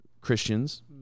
Christians